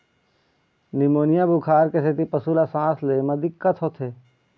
pneumonia बुखार के सेती पशु ल सांस ले म दिक्कत होथे